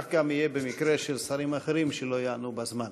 כך גם יהיה במקרה של שרים אחרים שלא יענו בזמן.